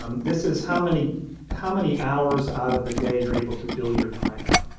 this is how many how many hours out of the day you're able to bill your time out.